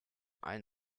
allen